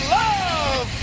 love